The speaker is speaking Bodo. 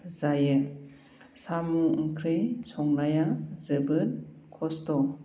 जायो साम' ओंख्रि संनाया जोबोद खस्त'